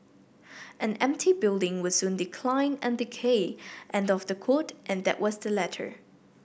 an empty building will soon decline and decay end of the quote and that was the letter